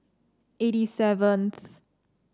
eighty seventh